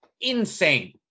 Insane